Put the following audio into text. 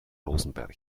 rosenberg